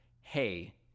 Hey